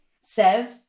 Sev